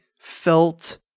felt